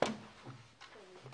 הישיבה ננעלה בשעה 13:20.